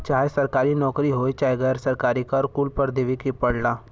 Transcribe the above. चाहे सरकारी नउकरी होये चाहे गैर सरकारी कर कुल पर देवे के पड़ला